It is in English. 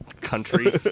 country